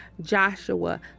Joshua